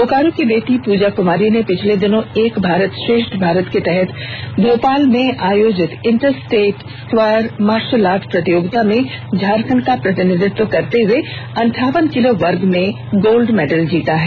बोकारो की बेटी पूजा कुमारी ने पिछले दिनों एक भारत श्रेठ भारत के तहत भोपाल में आयोजित inter state square martial art प्रतियोगिता में झारखण्ड का प्रतिनिधित्व करते हुए अंठावन किलो वर्ग में गोल्ड जीता है